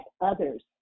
others